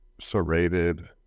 serrated